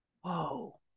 whoa